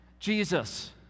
Jesus